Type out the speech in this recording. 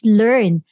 learn